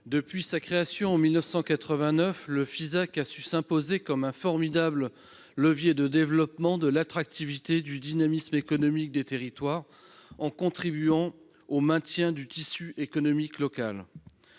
l'artisanat et le commerce (Fisac) a su s'imposer comme un formidable levier de développement de l'attractivité et du dynamisme économique des territoires, en contribuant au maintien du tissu économique local.